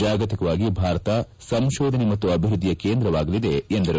ಜಾಗತಿಕವಾಗಿ ಭಾರತ ಸಂಶೋಧನೆ ಮತ್ತು ಅಭಿವೃದ್ದಿಯ ಕೇಂದ್ರವಾಗಲಿದೆ ಎಂದರು